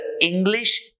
English